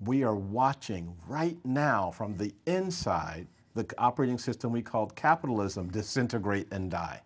we are watching right now from the inside the operating system we called capitalism disintegrate and die